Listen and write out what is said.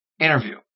interview